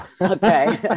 okay